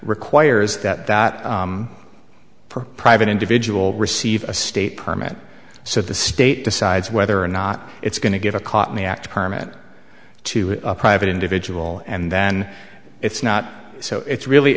requires that that per private individual receive a state permit so the state decides whether or not it's going to give a caught me at a permit to a private individual and then it's not so it's really